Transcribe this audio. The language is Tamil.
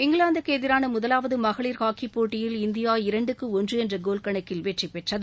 இங்கிலாந்துக்கு எதிரான முதலாவது மகளிர் ஹாக்கிப் போட்டியில் இந்தியா இரண்டுக்கு ஒன்று என்ற கோல் கணக்கில் வெற்றிபெற்றது